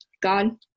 God